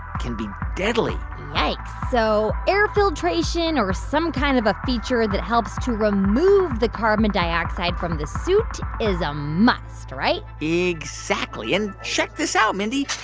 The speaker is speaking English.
can be deadly yikes. so air filtration or some kind of a feature that helps to remove the carbon dioxide from the suit is a must, right? exactly. and check this out, mindy.